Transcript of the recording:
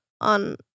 on